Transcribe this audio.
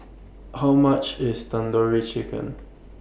How much IS Tandoori Chicken